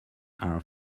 are